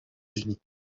unis